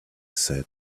said